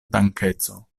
dankeco